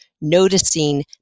noticing